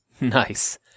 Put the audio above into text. nice